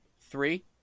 three